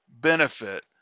benefit